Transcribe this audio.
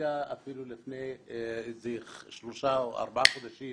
הופסקה לפני שלושה או ארבעה חודשים